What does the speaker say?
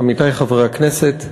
עמיתי חבר הכנסת,